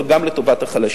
אבל היא גם לטובת החלשים.